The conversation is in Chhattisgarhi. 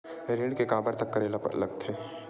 ऋण के काबर तक करेला लगथे?